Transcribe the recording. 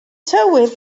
tywydd